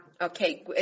Okay